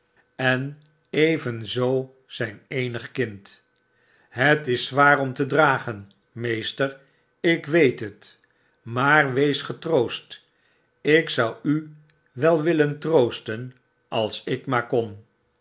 en evenzoo zyn eenig kind het is zwaar om te dragen meester ik weet het maar wees getroost ik zou u wel willen troosten als ik maar kon